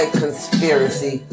conspiracy